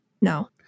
no